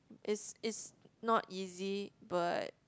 is is not easy but